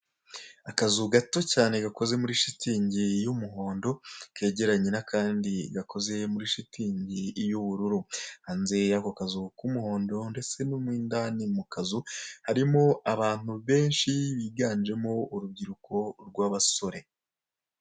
Akazu gato cyane gakoze muri shitingi y'umuhondo kegeranye n'akandi gakoze muri shitingi y'ubururu, hanze y'ako kazu k'umuhondo ndetse na mo indani mu kazu harimo abantu benshi biganjemo urubyiruko rw'abasore.